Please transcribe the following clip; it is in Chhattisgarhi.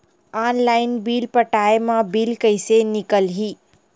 ऑनलाइन बिल पटाय मा बिल कइसे निकलही?